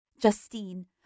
Justine